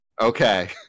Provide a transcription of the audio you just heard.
Okay